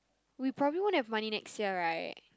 we probably won't have money next year right